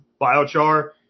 biochar